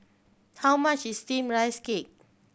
how much is Steamed Rice Cake